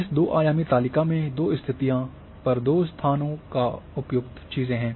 इस दो आयामी तालिका में दो स्तिथियों पर दो स्थानों पर उपयुक्त चीजें हैं